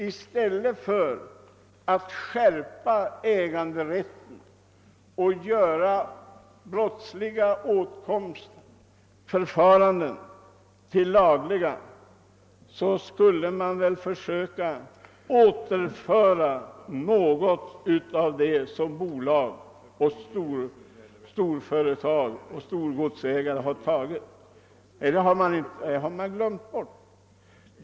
I stället för att skärpa äganderätten och göra brottsliga åtkomsthandlingar till lagliga handlingar borde man försöka återföra något av det som bolag och storgodsägare en gång har tagit. Det har man emellertid glömt bort.